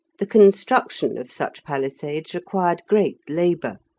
the construction of such palisades required great labour,